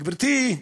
גברתי,